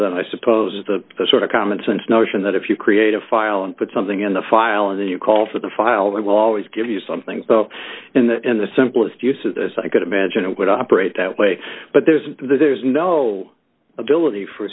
than i suppose the sort of commonsense notion that if you create a file and put something in the file and you call for the file that will always give you something so in that in the simplest use it as i could imagine it would operate that way but there's there's no ability for